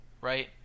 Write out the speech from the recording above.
right